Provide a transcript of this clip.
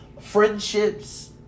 friendships